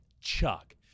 chuck